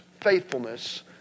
faithfulness